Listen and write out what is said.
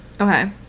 okay